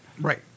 Right